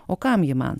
o kam ji man